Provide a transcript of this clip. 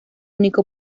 único